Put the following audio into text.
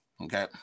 Okay